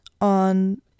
on